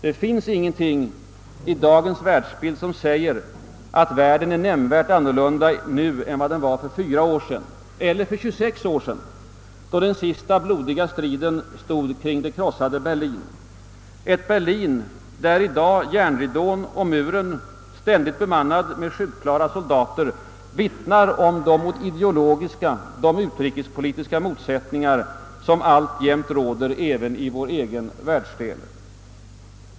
Det finns ingenting i dagens världsbild som säger att världen är nämnvärt annorlunda nu än den var för fyra år sedan — eller för 21 år sedan, då den sista blodiga striden stod kring det krossade Berlin, ett Berlin där i dag järnridån och muren, ständigt bemannad med skjutklara soldater, vittnar om de ideologiska och utrikespolitiska motsättningar som alltjämt råder även i vår egen världsdel.